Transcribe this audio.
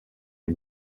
les